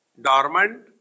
dormant